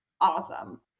awesome